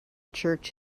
church